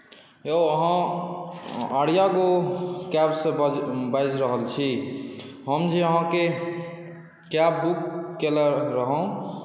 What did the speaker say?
यौ अहाँ आर्या गो कैबसँ बाजि रहल छी हम जे अहाँके कैब बुक कयने रहहुँ